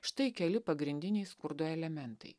štai keli pagrindiniai skurdo elementai